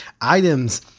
items